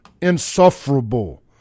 Insufferable